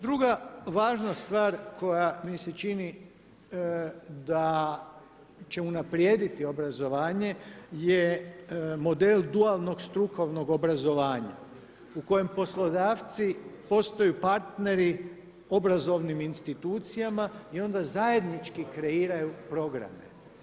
Druga važna stvar koja mi se čini da će unaprijediti obrazovanje je model dualnog strukovnog obrazovanja u kojem poslodavci postaju partneri obrazovnim institucijama i onda zajednički kreiraju programe.